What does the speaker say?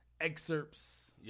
excerpts